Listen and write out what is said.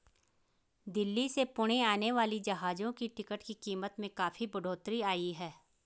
दिल्ली से पुणे आने वाली जहाजों की टिकट की कीमत में काफी बढ़ोतरी आई है